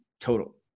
total